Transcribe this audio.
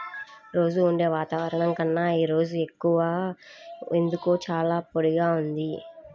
రోజూ ఉండే వాతావరణం కన్నా ఈ రోజు ఎందుకో చాలా పొడిగా ఉంది